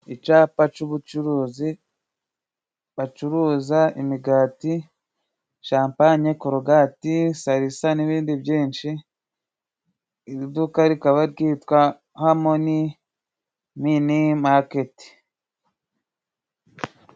Icyapa cy'ubucuruzi bacuruza imigati she hampanye, korogati salisa n'ibindi byinshi. Iduka rikaba ryitwa Hamoni mini maketi.